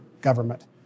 government